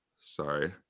sorry